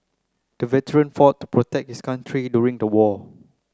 the veteran fought to protect his country during the war